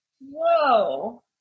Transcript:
Whoa